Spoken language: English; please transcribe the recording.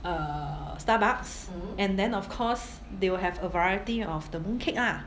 err Starbucks and then of course they will have a variety of the mooncake lah